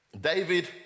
David